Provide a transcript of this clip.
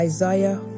Isaiah